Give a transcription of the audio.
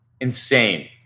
Insane